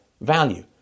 value